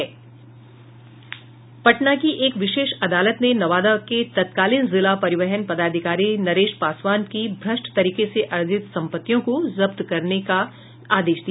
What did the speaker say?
पटना की एक विशेष अदालत ने नवादा के तत्कालीन जिला परिवहन पदाधिकारी नरेश पासवान की भ्रष्ट तरीके से अर्जित संपत्तियों को जब्त कर करने का आदेश दिया